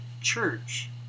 church